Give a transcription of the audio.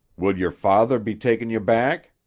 will your father be takin' you back?